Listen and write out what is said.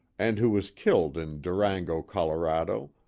and who was killed in durango, colorado,